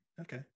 okay